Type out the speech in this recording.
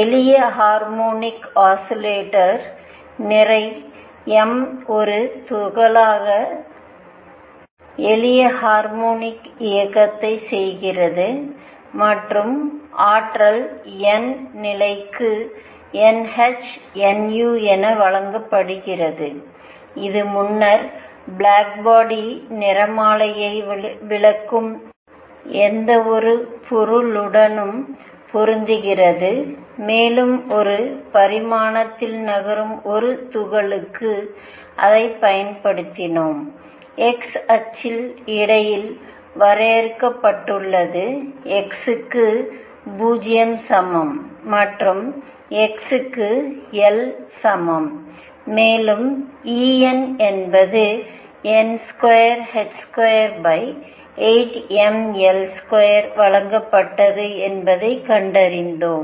எளிய harmonic oscillator நிறை m ஒரு துகளான எளிய ஹார்மோனிக் இயக்கத்தைச் செய்கிறது மற்றும் ஆற்றல் n th நிலைக்கு nh nu என வழங்கப்படுகிறது இது முன்னர் பிளாக் பாடி நிறமாலையை விளக்கும் எந்தவொரு பொருளுடனும் பொருந்துகிறது மேலும் ஒரு பரிமாணத்தில் நகரும் ஒரு துகளுக்கு அதைப் பயன்படுத்தினோம் x அச்சில் இடையில் வரையறுக்கப்பட்டுள்ளது x க்கு 0 சமம் மற்றும் x க்கு L சமம் மேலும் E n என்பது n2h28mL2 வழங்கப்பட்டது என்பதைக் கண்டறிந்தோம்